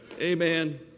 Amen